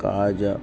కాజా